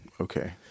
Okay